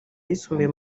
ayisumbuye